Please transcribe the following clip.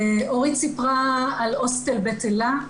אורית סיפרה על הוסטל בית אלה,